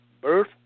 birth